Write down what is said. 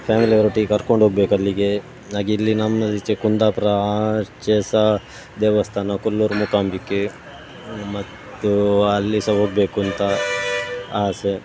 ಫ್ಯಾಮಿಲಿಯವ್ರೊಟ್ಟಿಗೆ ಕರ್ಕೊಂಡು ಹೋಗ್ಬೇಕು ಅಲ್ಲಿಗೆ ಹಾಗೇ ಇಲ್ಲಿ ನಮ್ಮ ಈಚೆ ಕುಂದಾಪುರ ಆಚೆ ಸಹ ದೇವಸ್ಥಾನ ಕೊಲ್ಲೂರು ಮೂಕಾಂಬಿಕೆ ಮತ್ತು ಅಲ್ಲಿ ಸಹ ಹೋಗಬೇಕು ಅಂತ ಆಸೆ